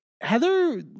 Heather